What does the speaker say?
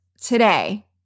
today